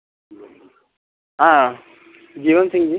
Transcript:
हाँ जीवन सिंग जी